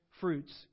fruits